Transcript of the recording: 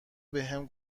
بهم